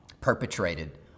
perpetrated